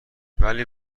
ولی